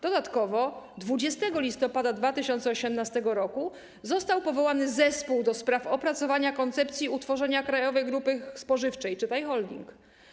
Dodatkowo 20 listopada 2018 r. został powołany Zespół do spraw opracowania koncepcji utworzenia Krajowej Grupy Spożywczej, czytaj: holding.